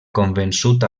convençut